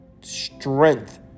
strength